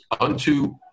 Unto